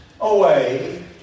away